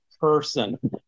person